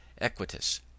equitus